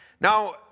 Now